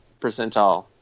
percentile